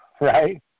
right